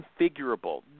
configurable